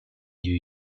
you